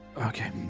okay